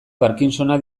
parkinsona